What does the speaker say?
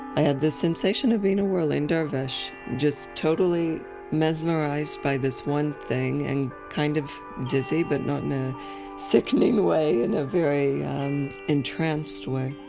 i had this sensation of being a whirling dervish. just totally mesmerized by this one thing. and kind of dizzy, but not in a sickening way, in a very entranced way